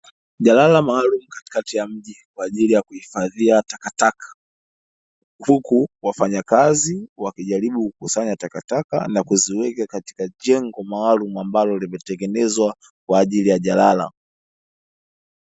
Jalala maalumu katikati ya mji kwa ajili ya kuhifadhia takataka, huku wafanyakazi wakijaribu kukusanya takataka na kuziweka katika jengo maalumu ambalo limetengenezwa kwa ajili ya jalala.